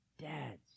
Dads